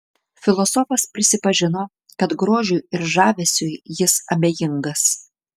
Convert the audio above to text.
filosofas prisipažino kad grožiui ir žavesiui jis abejingas